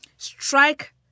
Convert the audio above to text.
strike